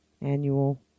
annual